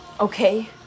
okay